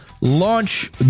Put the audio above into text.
launch